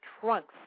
trunks